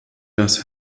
das